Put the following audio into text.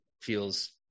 feels